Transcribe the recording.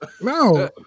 No